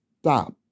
stop